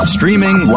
Streaming